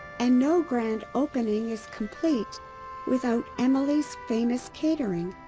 and no grand opening is complete without emily's famous catering.